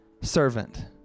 servant